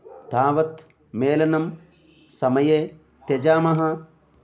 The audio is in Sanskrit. तावत् मेलनं समये त्यजामः